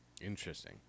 interesting